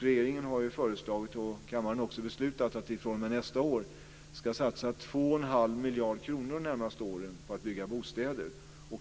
Regeringen har föreslagit och kammaren också beslutat att vi fr.o.m. nästa år ska satsa 2 1⁄2 miljarder kronor de närmaste åren för att bygga bostäder.